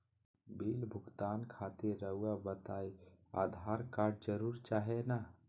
Bill भुगतान खातिर रहुआ बताइं आधार कार्ड जरूर चाहे ना?